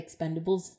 Expendables